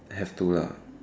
have to lah